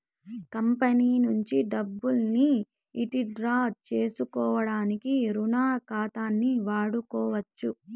company నుంచి డబ్బుల్ని withdraw సేసుకోడానికి రుణ ఖాతాని వాడుకోవచ్చు